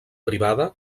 privada